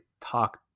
talk